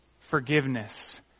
forgiveness